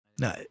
No